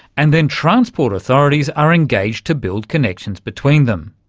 and then transport authorities are engaged to build connections between them.